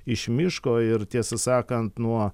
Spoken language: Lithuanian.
iš miško ir tiesą sakant nuo